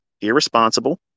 irresponsible